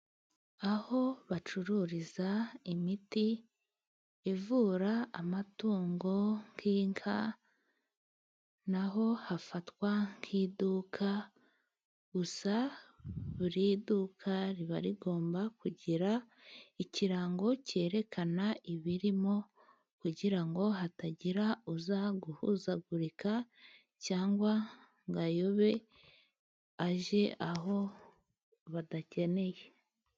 Aho bacururiza imiti ivura amatungo nk'inka na ho hafatwa nk'iduka, gusa buri duka riba rigomba kugira ikirango cyerekana ibirimo kugira ngo hatagira uza guhuzagurika cyangwa ngo ayobe ajye aho badakeneye.